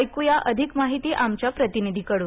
ऐक्या अधिक माहिती आमच्या प्रतिनिधीकडून